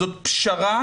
זאת פשרה